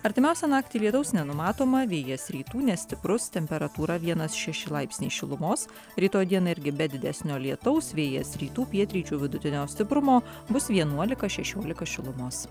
artimiausią naktį lietaus nenumatoma vėjas rytų nestiprus temperatūra vienas šeši laipsniai šilumos rytoj dieną irgi be didesnio lietaus vėjas rytų pietryčių vidutinio stiprumo bus vienuolika šešiolika šilumos